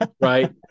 right